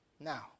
Now